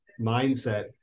mindset